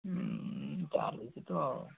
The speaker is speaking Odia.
ହୁଁ ଚାଲିଛି ତ ଆଉ